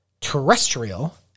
Terrestrial